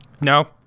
no